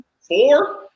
Four